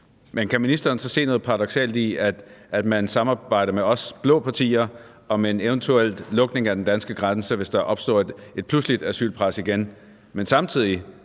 Men kan ministeren så se noget paradoksalt i, at man samarbejder med os blå partier om en eventuel lukning af den danske grænse, hvis der igen opstår et pludseligt asylpres, men samtidig